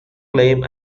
claim